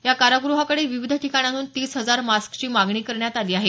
या काराग्रहाकडे विविध ठिकाणांहून तीस हजार मास्कची मागणी करण्यात आली आहे